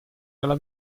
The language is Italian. dalla